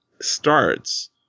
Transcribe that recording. starts